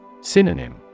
Synonym